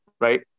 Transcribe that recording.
right